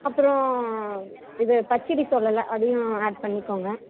அப்புறம் இது பச்சடி சொல்லலை அதையும் ஆட் பண்ணிக்கோங்க